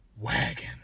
wagon